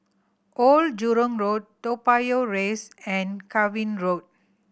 Old Jurong Road Toa Payoh Rise and Cavan Road